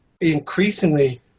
increasingly